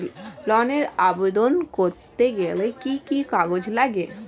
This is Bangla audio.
ঋণের আবেদন করতে গেলে কি কি কাগজ লাগে?